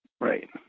Right